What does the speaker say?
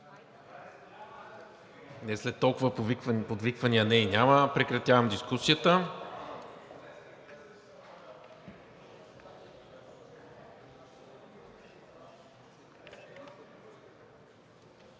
След толкова подвиквания „не“ и „няма“ прекратявам дискусията.